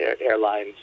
airline